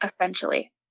Essentially